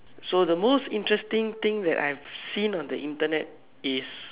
so the most interesting thing that I've seen on the Internet is